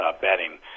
betting